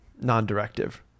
non-directive